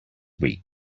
week